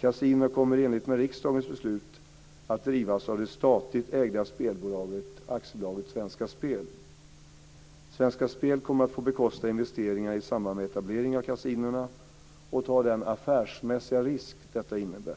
Kasinona kommer, i enlighet med riksdagens beslut, att drivas av det statligt ägda spelbolaget AB Svenska Spel. Svenska Spel kommer att få bekosta investeringarna i samband med etableringen av kasinona och ta den affärsmässiga risk detta innebär.